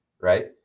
right